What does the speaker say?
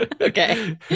okay